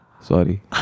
sorry